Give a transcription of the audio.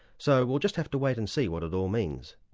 so we'll just have to wait and see what it all means.